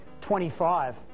25